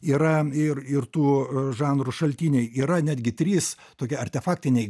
yra ir ir tų žanrų šaltiniai yra netgi trys tokie artefaktiniai